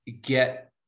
get